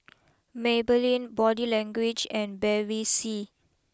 Maybelline Body Language and Bevy C